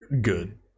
good